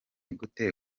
gute